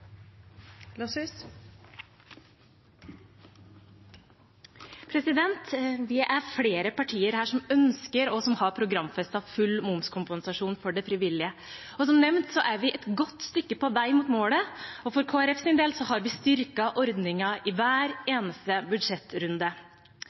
flere partier her som ønsker, og som har programfestet, full momskompensasjon for det frivillige. Som nevnt er vi et godt stykke på vei mot målet, og for Kristelig Folkepartis del har vi styrket ordningen i hver